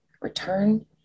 return